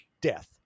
death